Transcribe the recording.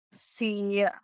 see